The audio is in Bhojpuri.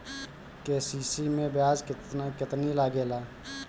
के.सी.सी मै ब्याज केतनि लागेला?